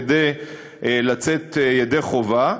כדי לצאת ידי חובה.